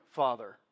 father